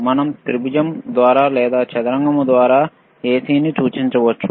మనం త్రిభుజం ద్వారా లేదా చదరపు తరంగం ద్వారా AC ని సూచించవచ్చు